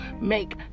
make